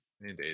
indeed